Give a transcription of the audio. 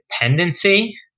dependency